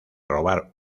robar